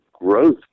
growth